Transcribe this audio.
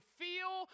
feel